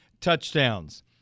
touchdowns